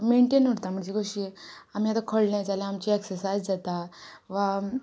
maintain उरता म्हणजे कशी आमी आतां खणलें जाल्या आमची एक्सर्सायज जाता वा